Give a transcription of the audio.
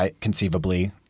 conceivably